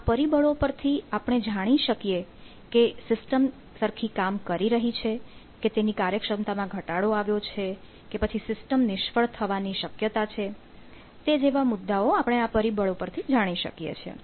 આ પરિબળો પરથી આપણે જાણી શકીએ કે સિસ્ટમ સરખી કામ કરી રહી છે કે તેની કાર્યક્ષમતામાં ઘટાડો આવ્યો છે કે પછી સિસ્ટમ નિષ્ફળ થવાની શક્યતા છે જેવા મુદ્દાઓ આપણે આ પરિબળો પરથી જાણી શકીએ છીએ